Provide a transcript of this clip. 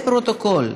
לפרוטוקול,